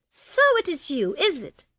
so it is you, is it?